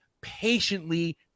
patiently